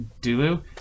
Dulu